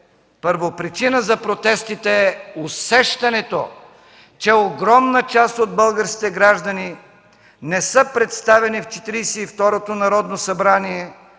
първопричина за протестите е усещането, че огромна част от българските граждани не са представени в Четиридесет